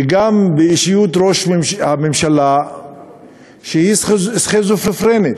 וגם אישיות ראש הממשלה היא סכיזופרנית